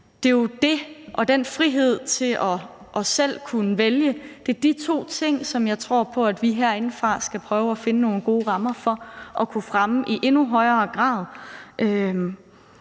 fællesskabet og friheden til selv at kunne vælge. Det er de to ting, som jeg tror på at vi herindefra skal prøve at finde nogle gode rammer for at kunne fremme i endnu højere grad.